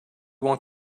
want